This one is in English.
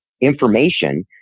information